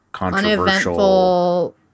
Uneventful